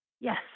Yes